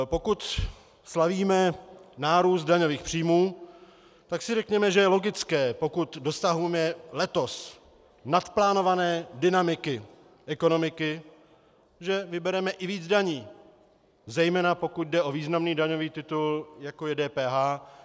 Pokud slavíme nárůst daňových příjmů, tak si řekněme, že je logické, pokud dosahujeme letos naplánované dynamiky ekonomiky, že vybereme i víc daní, zejména pokud jde o významný daňový titul, jako je DPH.